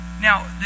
Now